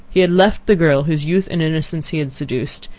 he had left the girl whose youth and innocence he had seduced,